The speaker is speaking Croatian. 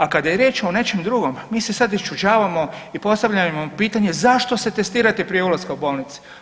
A kada je riječ o nečem drugom mi se sad iščuđavamo i postavljamo pitanje zašto se testirati prije ulaska u bolnice?